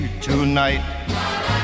tonight